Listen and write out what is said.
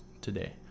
today